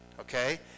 okay